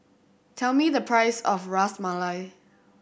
tell me the price of Ras Malai